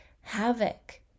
havoc